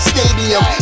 Stadium